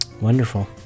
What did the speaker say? wonderful